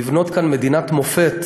לבנות כאן מדינת מופת